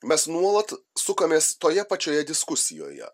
mes nuolat sukamės toje pačioje diskusijoje